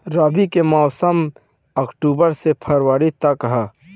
रबी के मौसम अक्टूबर से फ़रवरी तक ह